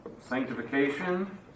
sanctification